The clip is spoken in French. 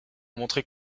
montrer